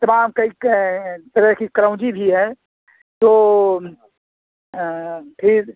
तमाम कई तरह की कलऊँजी भी है तो ठीक